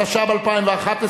התשע"ב 2011,